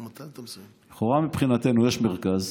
לכאורה, מבחינתנו, יש מרכז,